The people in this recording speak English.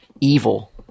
evil